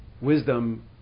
wisdom